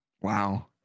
wow